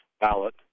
ballot